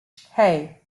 hey